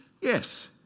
yes